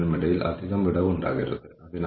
അവരുടെ ധാരണ ഒരു നേതാവ് എങ്ങനെയായിരിക്കണം എന്നതാണ്